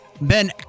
Ben